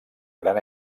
gran